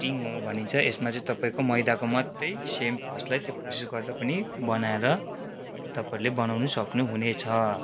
T momo भनिन्छ यसमा चाहिँ तपाईँको मैदाको मात्रै सेम फस्टलाई त्यो प्रोसेस गरेर पनि बनाएर तपाईँले बनाउनु सक्नु हुनेछ